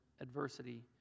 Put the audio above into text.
adversity